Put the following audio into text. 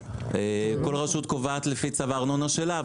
כל רשות קובעת לפי צו הארנונה שלה,